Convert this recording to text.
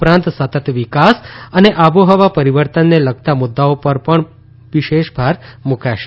ઉપરાંત સતત વિકાસ અને આબોહવા પરિવર્તનને લગતા મુદ્દાઓ પર પણ વિશેષ ભાર મૂકાશે